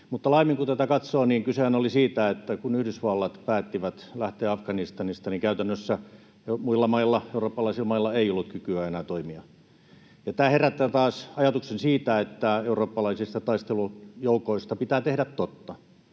Mutta kun tätä katsoo laajemmin, kysehän oli siitä, että kun Yhdysvallat päätti lähteä Afganistanista, niin käytännössä muilla mailla, eurooppalaisilla mailla, ei ollut enää kykyä toimia. Tämä herättää taas ajatuksen siitä, että eurooppalaisista taistelujoukoista pitää tehdä totta.